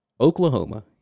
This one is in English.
Oklahoma